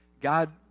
God